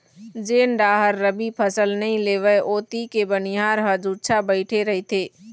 जेन डाहर रबी फसल नइ लेवय ओती के बनिहार ह जुच्छा बइठे रहिथे